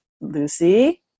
Lucy